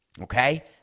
okay